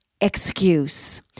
excuse